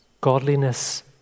godliness